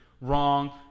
Wrong